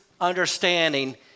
understanding